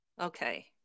okay